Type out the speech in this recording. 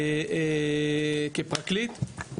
כפרקליט.